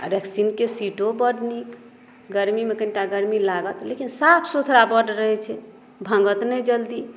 रैक्सीनके सीटो बड नीक गर्मीमे कनिटा गर्मी लागत लेकिन साफ़ सुथरा बड रहै छै भांगत नहि जल्दी